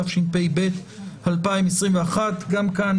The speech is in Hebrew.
התשפ"ב 2021. גם כאן,